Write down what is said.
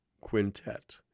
quintet